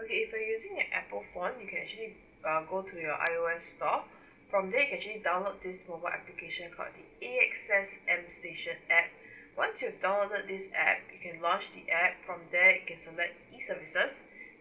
okay if you're using an apple phone you can actually uh to go your I O_S store from there you can actually download this mobile application called the A_X_S app station app once you've downloaded this app you can launch the app from there you can select E services